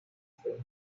fueron